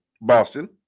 Boston